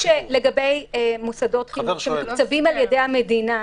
נכון שלגבי מוסדות חינוך המתוקצבים על ידי המדינה,